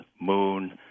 moon